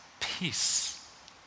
peace